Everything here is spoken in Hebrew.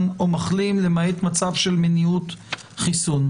או מחלים למעט מצב של מניעות חיסון,